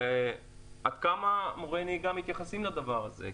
עד כמה מורי הנהיגה מתייחסים לדבר הזה,